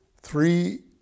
three